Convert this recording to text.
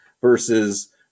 versus